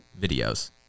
videos